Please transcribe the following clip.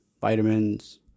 vitamins